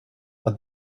but